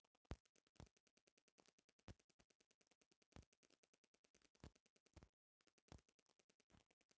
मोती मतस्य पालन के माने भारत के तटीय राज्य में होखे वाला मछली पालन से बा